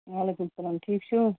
وعلیکُم سلام ٹھیٖک چھُو حظ